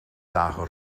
dagen